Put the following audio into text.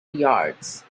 yards